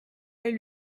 est